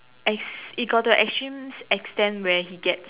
ex~ it got to a extreme extent where he gets